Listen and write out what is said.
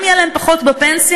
גם יהיה להם פחות בפנסיה.